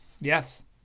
Yes